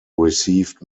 received